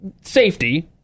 safety